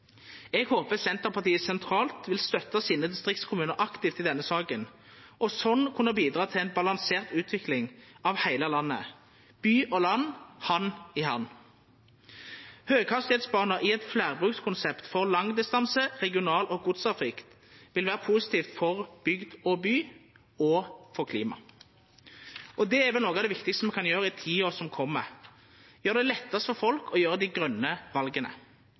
Eg håpar Senterpartiet sentralt vil støtta distriktskommunane sine aktivt i denne saka og sånn kunna bidra til ei balansert utvikling av heile landet – by og land, hand i hand. Høghastigheitsbanar i eit fleirbrukskonsept for langdistanse-, regional- og godstrafikk vil vera positivt for bygd og by og for klimaet. Noko av det viktigaste me kan gjera i tida som kjem, er vel å gjera det lettast for folk å gjera dei